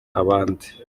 abandi